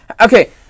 okay